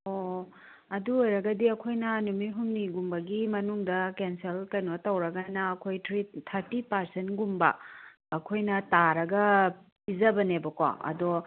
ꯑꯣ ꯑꯗꯨ ꯑꯣꯏꯔꯒꯗꯤ ꯑꯩꯈꯣꯏꯅ ꯅꯨꯃꯤꯠ ꯍꯨꯝꯅꯤꯒꯨꯝꯕꯒꯤ ꯃꯅꯨꯡꯗ ꯀꯦꯟꯁꯦꯜ ꯀꯩꯅꯣ ꯇꯧꯔꯒꯅ ꯑꯩꯈꯣꯏ ꯊ꯭ꯔꯤ ꯊꯥꯔꯇꯤ ꯄꯥꯔꯁꯦꯟꯒꯨꯝꯕ ꯑꯩꯈꯣꯏꯅ ꯇꯥꯔꯒ ꯄꯤꯖꯕꯅꯦꯕꯀꯣ ꯑꯗꯣ